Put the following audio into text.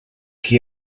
qui